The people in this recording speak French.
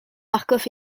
marcof